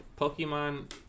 Pokemon